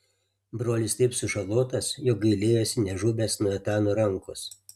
brolis taip sužalotas jog gailėjosi nežuvęs nuo etano rankos